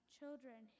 Children